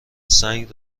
سنگ